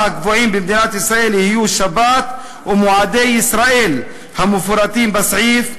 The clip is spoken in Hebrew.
הקבועים במדינת ישראל יהיו שבת ומועדי ישראל המפורטים בסעיף,